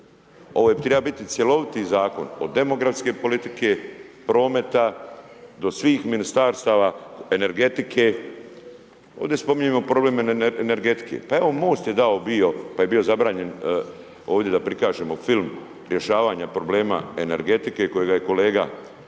Ovo je trebao biti cjeloviti Zakon, od demografske politike, prometa, do svih ministarstava, energetike. Ovdje spominjemo problem energetike. Pa evo, MOST je dao bio, pa je bio zabranjen ovdje da prikažemo film rješavanja problema energetike kojega je kolega